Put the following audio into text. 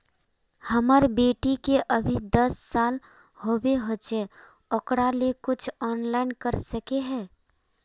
हमर बेटी के अभी दस साल होबे होचे ओकरा ले कुछ ऑनलाइन कर सके है?